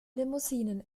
limousinen